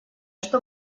что